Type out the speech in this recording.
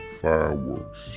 fireworks